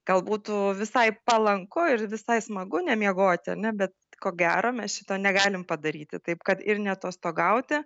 gal būtų visai palanku ir visai smagu nemiegoti ar ne bet ko gero mes šito negalim padaryti taip kad ir neatostogauti